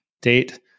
date